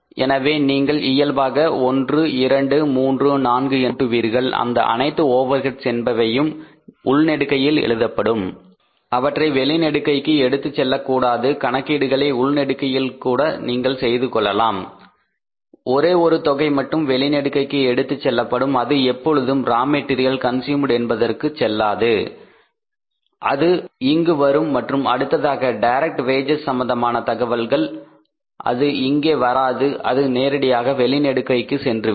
எனவே நீங்கள் இயல்பாக 1 2 3 4 5 என்று கூட்டுவீர்கள் அந்த அனைத்து ஓவர்ஹெட்ஸ் என்பவையும் உள்நெடுக்கையில் எழுதப்படும் அவை அனைத்தையும் உள்நெடுக்கையில் எழுத வேண்டும் அவற்றை வெளிநெடுக்கைக்கு எடுத்துச் செல்லக்கூடாது கணக்கீடுகளை உள்நெடுக்கையில் கூட செய்து கொள்ளலாம் ஒரே ஒரு தொகை மட்டும் வெளிநெடுக்கைக்கு எடுத்துச் செல்லப்படும் அது எப்பொழுதும் ரா மெட்டீரியல் கன்ஸுமேட் என்பதுக்கு செல்லாது அது இங்கு வரும் மற்றும் அடுத்ததாக டைரக்ட் வேஜஸ் சம்பந்தமான தகவல்கள் அது இங்கே வராது அது நேரடியாக வெளிநெடுக்கைக்கு சென்றுவிடும்